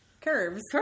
curves